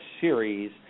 series